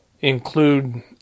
include